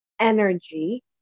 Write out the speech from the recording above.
energy